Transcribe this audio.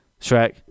Shrek